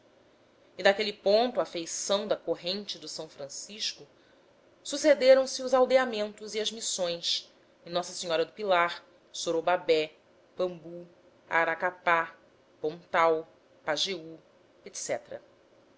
daquele ponto à feição da corrente do são francisco sucederam se os aldeamentos e as missões em n s do pilar sorobabé pambu aracapá pontal pajeú